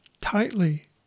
tightly